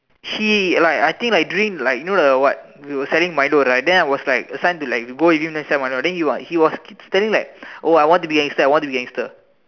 he like I think drink like you know the what we were selling Milo right then I was like assigned to like go with him to sell Milo then he was he was keep telling like oh I want to be gangster I want to be gangster